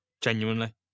genuinely